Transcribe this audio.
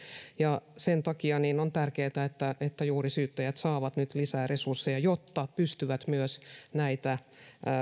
ja sen takia on tärkeätä että että juuri syyttäjät saavat nyt lisää resursseja jotta pystyvät myös